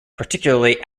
particularly